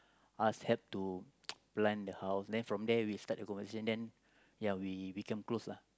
ask help to plant the house then from there we start the conversation then ya we become close lah